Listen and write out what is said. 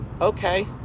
okay